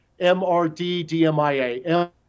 MRDDMIA